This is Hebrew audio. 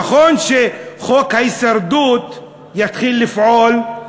נכון שחוק ההישרדות יתחיל לפעול,